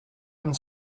amb